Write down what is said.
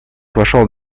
вошел